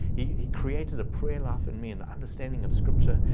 he he created a prayer life in me and understanding of scripture.